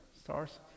stars